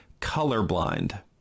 colorblind